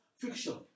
fiction